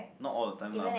not all of them lah but